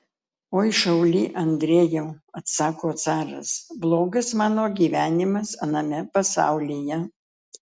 oi šauly andrejau atsako caras blogas mano gyvenimas aname pasaulyje